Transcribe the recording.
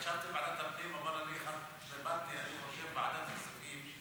חשבתי על ועדת הפנים אבל עכשיו אני חושב על ועדת הכספים,